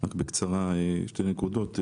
בקצרה שתי נקודות.